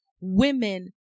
women